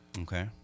Okay